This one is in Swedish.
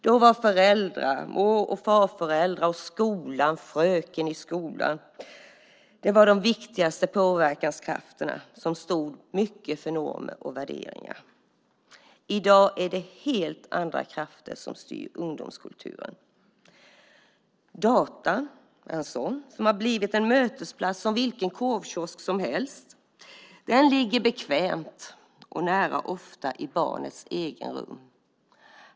Då var föräldrar, mor och farföräldrar och fröken i skolan de viktigaste påverkanskrafterna som stod mycket för normer och värderingar. I dag är det helt andra krafter som styr ungdomskulturen. Datorn är en sådan som har blivit en mötesplats som vilken korvkiosk som helst. Den ligger bekvämt och nära och ofta i barnets eget rum.